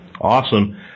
Awesome